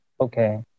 Okay